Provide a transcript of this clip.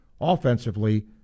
offensively